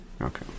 Okay